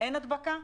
אין הדבקה?